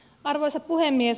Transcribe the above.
arvoisa puhemies